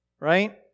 right